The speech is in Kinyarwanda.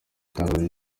itangazo